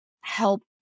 help